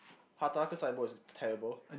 Hataraku Saibou is terrible